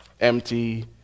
empty